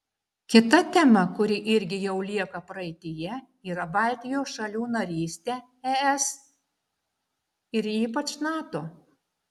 kita tema kuri irgi jau lieka praeityje yra baltijos šalių narystė es ir ypač nato